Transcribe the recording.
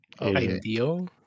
Ideal